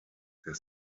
der